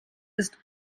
ist